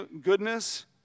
goodness